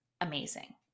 amazing